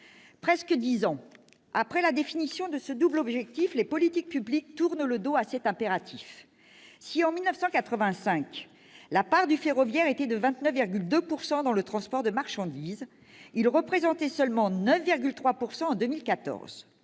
Presque dix ans après la définition de ce double objectif, les politiques publiques tournent le dos à cet impératif. Si, en 1985, la part du ferroviaire était de 29,2 % dans le transport de marchandises, il représentait seulement 9,3 % en 2014.